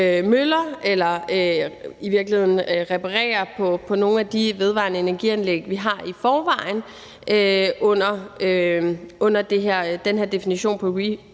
møller eller i virkeligheden reparere på nogle af de vedvarende energi-anlæg, vi har i forvejen, under den her definition på